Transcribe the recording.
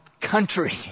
country